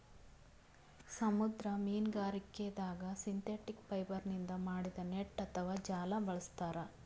ಸಮುದ್ರ ಮೀನ್ಗಾರಿಕೆದಾಗ್ ಸಿಂಥೆಟಿಕ್ ಫೈಬರ್ನಿಂದ್ ಮಾಡಿದ್ದ್ ನೆಟ್ಟ್ ಅಥವಾ ಜಾಲ ಬಳಸ್ತಾರ್